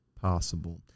possible